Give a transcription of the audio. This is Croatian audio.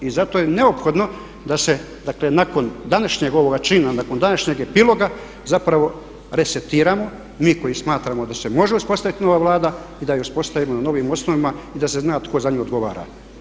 I zato je neophodno da se dakle nakon današnjeg ovog čina, nakon današnjeg epiloga zapravo resetiramo mi koji smatramo da se može uspostaviti nova Vlada i da je uspostavimo na novim osnovama i da se zna tko za nju odgovara.